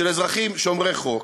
של אזרחים שומרי חוק,